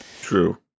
True